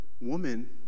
Woman